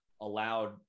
allowed